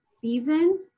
season